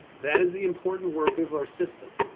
that is the important work of our system.